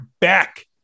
back